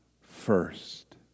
first